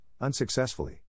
unsuccessfully